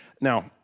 Now